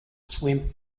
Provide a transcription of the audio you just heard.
swim